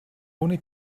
ohne